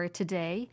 today